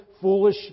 foolish